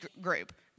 group